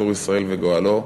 צור ישראל וגואלו,